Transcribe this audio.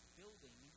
building